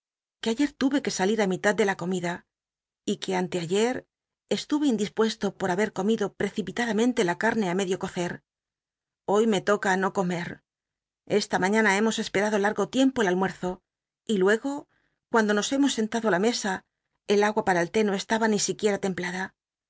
que ayer luye que salir ü mitad de la comida y que anteayer estuve indispuesto por haber comido j i'ccipitadamenle la carne á medio cocer hoy me toca no comer esta mañana hemos cspemdo largo tiem po el almuerzo y luego cuando nos hemos sentado á la mesa el agua pam el té no estaba ni siquiera templada